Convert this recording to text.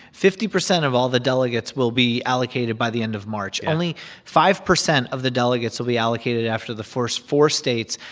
fifty percent of all the delegates will be allocated by the end of march. only five percent of the delegates will be allocated after the first four states.